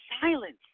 silence